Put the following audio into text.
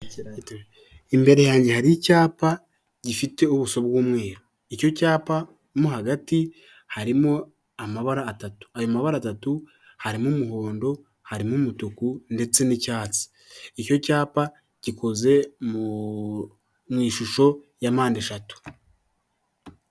Imbere yange hari icyapa gifite ubuso bw'umweru, icyo cyapa mo hagati harimo amabara atatu, ayo mabara atatu harimo umuhondo, harimo umutuku ndetse n'icyatsi, icyo cyapa gikoze mu ishusho ya mpandeshatu.